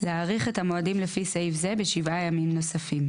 להאריך את המועדים לפי סעיף זה בשבעה ימים נוספים."